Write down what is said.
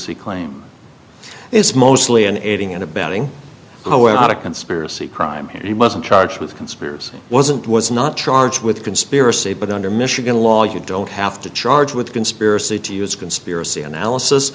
spirity claim is mostly an aiding and abetting a way out of conspiracy crime he wasn't charged with conspiracy wasn't was not charged with conspiracy but under michigan law you don't have to charge with conspiracy to use conspiracy analysis